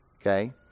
okay